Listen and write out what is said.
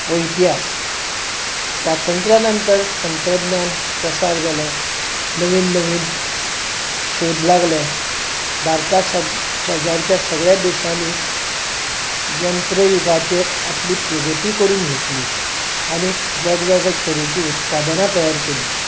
हो इतिहास स्वातंत्र्या नंतर तंत्रज्ञान प्रसार जालें नवीन नवीन शोध लागले भारता शेजारच्या सगल्या देशांनी यंत्रयुगाचेर आपली प्रगती करून घेतली आनीक वेगवेगळे तरेचीं उत्पादनां तयार केलीं